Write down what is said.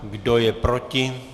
Kdo je proti?